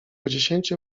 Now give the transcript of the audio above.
dziesięciu